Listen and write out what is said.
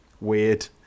weird